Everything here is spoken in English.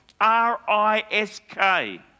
R-I-S-K